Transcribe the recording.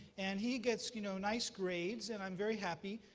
and he gets you know nice grades. and i'm very happy.